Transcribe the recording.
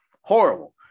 Horrible